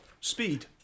speed